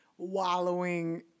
wallowing